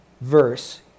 verse